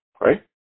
right